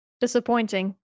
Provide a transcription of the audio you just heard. disappointing